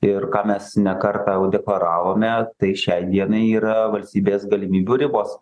ir ką mes ne kartą jau deklaravome tai šiai dienai yra valstybės galimybių ribos